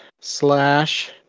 slash